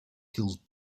kills